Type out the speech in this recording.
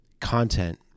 content